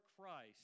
Christ